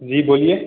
जी बोलिए